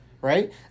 right